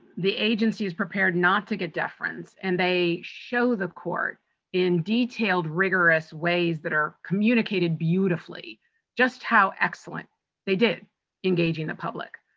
the agency is prepared not to get deference and they show the court in detailed rigorous ways that are communicated beautifully just how excellent they did engaging the public.